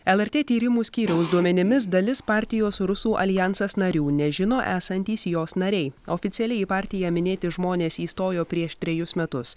lrt tyrimų skyriaus duomenimis dalis partijos rusų aljansas narių nežino esantys jos nariai oficialiai į partiją minėti žmonės įstojo prieš trejus metus